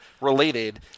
related